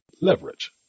leverage